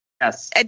Yes